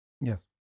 Yes